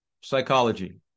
psychology